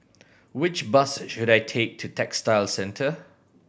which bus should I take to Textile Centre